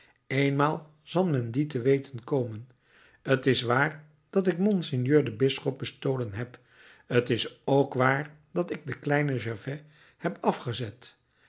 eenmaal zal men dien te weten komen t is waar dat ik monseigneur den bisschop bestolen heb t is ook waar dat ik den kleinen gervais heb afgezet